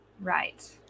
right